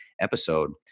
episode